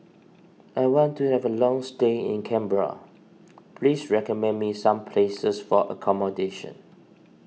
I want to have a long stay in Canberra please recommend me some places for accommodation